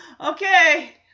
okay